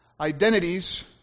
Identities